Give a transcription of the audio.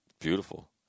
beautiful